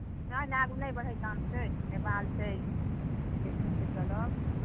नहि नहि आगू नहि बढ़एके काम छै नेपाल छै देखि सुनिके चलब